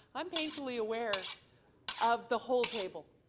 i'm painfully aware of the whole table.